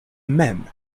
mem